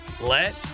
let